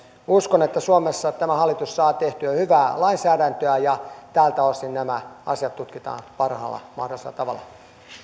uskon että suomessa tämä hallitus saa tehtyä hyvää lainsäädäntöä ja tältä osin nämä asiat tutkitaan parhaalla mahdollisella tavalla